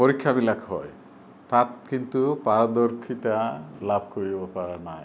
পৰীক্ষাবিলাক হয় তাত কিন্তু পাৰদৰ্শিতা লাভ কৰিব পৰা নাই